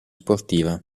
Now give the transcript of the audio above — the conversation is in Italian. sportiva